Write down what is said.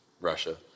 Russia